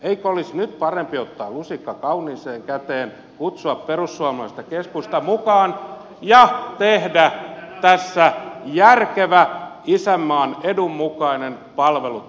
eikö olisi nyt parempi ottaa lusikka kauniiseen käteen kutsua perussuomalaiset ja keskusta mukaan ja tehdä tässä järkevä isänmaan edun mukainen palvelut turvaava päätös